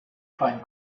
find